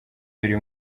biri